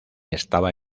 estaba